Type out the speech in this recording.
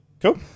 Cool